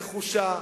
נחושה,